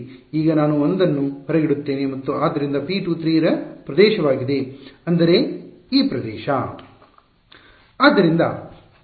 ಈಗ ನಾನು 1 ಅನ್ನು ಹೊರಗಿಡುತ್ತೇನೆ ಮತ್ತು ಆದ್ದರಿಂದ P23 ರ ಪ್ರದೇಶವಾಗಿದೆ ಅಂದರೆ ಈ ಪ್ರದೇಶ